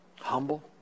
humble